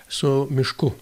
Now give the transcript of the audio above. su mišku